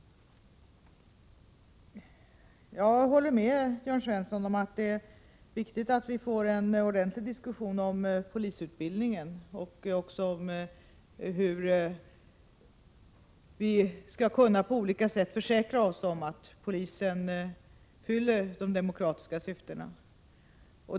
Jag håller med Jörn Svensson om att det är viktigt att vi får en ordentlig diskussion om polisutbildningen och också om hur vi skall kunna på olika sätt försäkra oss om att polisen fyller de demokratiska syftena.